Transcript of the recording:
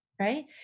right